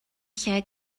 lle